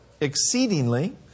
exceedingly